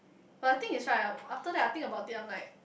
but I think he's right after that I think about I'm like